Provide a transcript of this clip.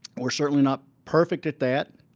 we're certainly not perfect at that.